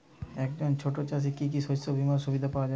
একজন ছোট চাষি কি কি শস্য বিমার সুবিধা পাওয়ার যোগ্য?